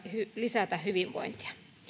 lisätä hyvinvointia